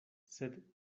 sed